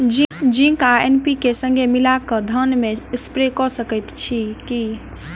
Zinc आ NPK, संगे मिलल कऽ धान मे स्प्रे कऽ सकैत छी की?